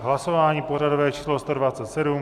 Hlasování pořadové číslo 127.